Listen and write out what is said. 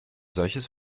solches